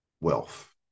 wealth